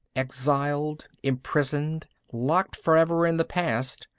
exiled, imprisoned, locked forever in the past,